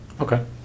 Okay